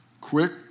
quick